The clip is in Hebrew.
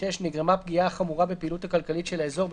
(6)נגרמה פגיעה חמורה בפעילות הכלכלית של האזור,